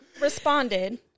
responded